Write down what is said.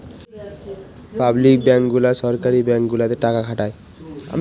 public bank গুলা সরকারি bank গুলাতে টাকা খাটায়